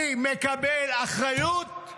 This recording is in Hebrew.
"אני מקבל אחריות";